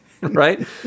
Right